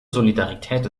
solidarität